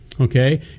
Okay